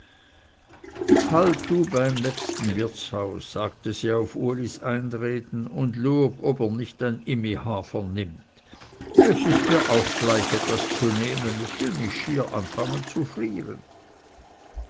halt du beim nächsten wirtshaus sagte sie auf ulis einreden und lueg ob er nicht ein immi hafer nimmt es ist mir auch gleich etwas zu nehmen es will mich schier anfangen zu frieren